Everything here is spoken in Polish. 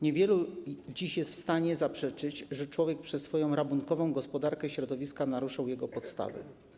Niewielu dziś jest w stanie zaprzeczyć, że człowiek przez swoją rabunkową gospodarkę środowiska naruszył jego podstawy.